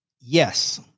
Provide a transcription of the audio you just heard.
yes